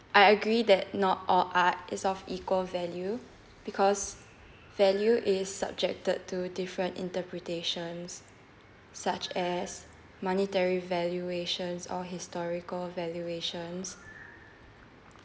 I agree that not all art is of equal value because value is subjected to different interpretations such as monetary valuations or historical valuations